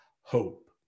hope